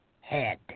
head